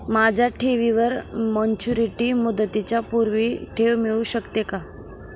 माझ्या ठेवीवर मॅच्युरिटी मुदतीच्या पूर्वी ठेव मिळू शकते का?